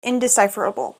indecipherable